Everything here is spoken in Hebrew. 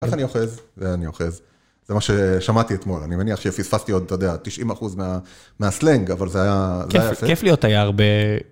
איך אני אוחז? אני אוחז, זה מה ששמעתי אתמול, אני מניח שפספסתי עוד, אתה יודע, 90% מהסלנג, אבל זה היה זה היה יפה. כיף להיות תייר ב...